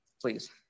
Please